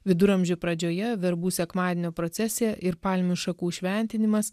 viduramžių pradžioje verbų sekmadienio procesija ir palmių šakų šventinimas